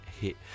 hit